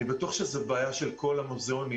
אני בטוח שזה בעיה של כל המוזיאונים,